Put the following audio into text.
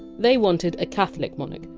they wanted a catholic monarch,